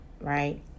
right